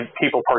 people